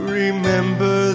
remember